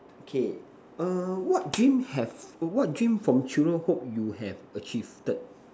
okay err what dream have what dream from children hope you have achieved